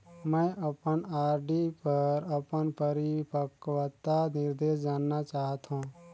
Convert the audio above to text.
मैं अपन आर.डी पर अपन परिपक्वता निर्देश जानना चाहत हों